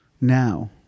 now